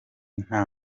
nta